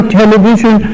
television